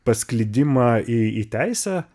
pasklidimą į į teisę